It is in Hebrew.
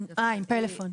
עם פלאפון.